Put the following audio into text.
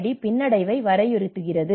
D பின்னடைவை வரையறுக்கிறது